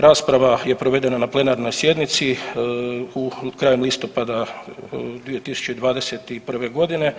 Rasprava je provedena na plenarnoj sjednici krajem listopada 2021. godine.